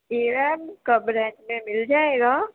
جی ma'am کم range میں مل جائے گا